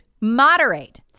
moderate